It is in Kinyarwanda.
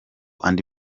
andi